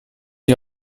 die